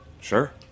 Sure